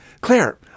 Claire